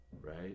right